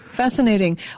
Fascinating